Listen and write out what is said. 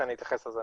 אני